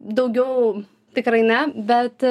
daugiau tikrai ne bet